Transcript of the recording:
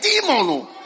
demon